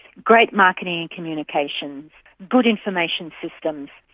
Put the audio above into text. great marketing and communications, good information systems,